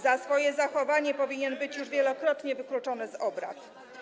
Za swoje zachowanie powinien być już wielokrotnie wykluczony z obrad.